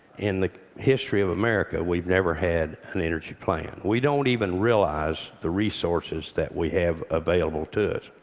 in the history of america, we've never had an energy plan. we don't even realize the resources that we have available to